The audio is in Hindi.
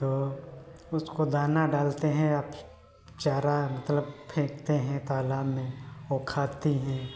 तो उसको दाना डालते हैं और चारा मतलब फेंकते हैं तालाब में वो खाती हैं